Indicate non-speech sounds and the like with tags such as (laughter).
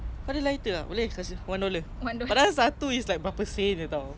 I'm entrepreneur (laughs)